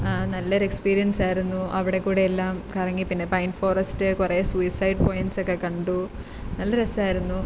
നല്ല ഒരു എക്സ്പീരിയൻസ് ആയിരുന്നു അവിടെ കൂടെ എല്ലാം കറങ്ങി പിന്നെ പൈൻ ഫോറസ്റ്റ് കുറേ സൂയിസൈഡ് പോയിൻസക്കെ കണ്ടു നല്ല രസമായിരുന്നു